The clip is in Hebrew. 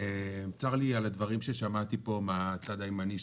צר לי על הדברים ששמעתי פה מהצד הימני שלי,